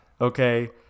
okay